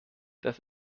das